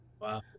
Wow